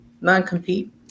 non-compete